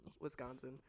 wisconsin